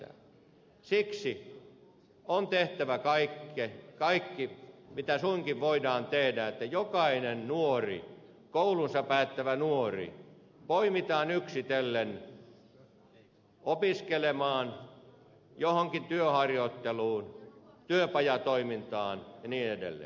siksi on tehtävä kaikki mitä suinkin voidaan tehdä että jokainen nuori koulunsa päättävä nuori poimitaan yksitellen opiskelemaan johonkin työharjoitteluun työpajatoimintaan ja niin edelleen